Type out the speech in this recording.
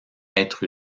être